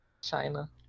China